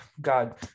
God